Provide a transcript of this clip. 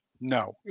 No